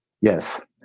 Yes